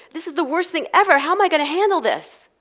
this is the worst thing ever! how am i going to handle this?